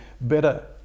better